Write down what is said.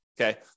Okay